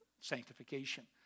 Sanctification